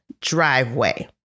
driveway